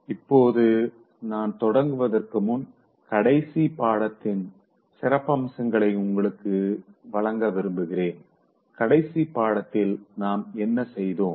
இப்போது நான் தொடங்குவதற்கு முன் கடைசி பாடத்தின் சிறப்பம்சங்களை உங்களுக்கு வழங்க விரும்புகிறேன் கடைசி பாடத்தில் நாம் என்ன செய்தோம்